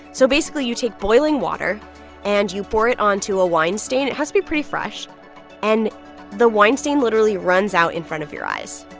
so basically, you take boiling water and you pour it onto a wine stain it has to be pretty fresh and the wine stain literally runs out in front of your eyes.